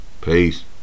peace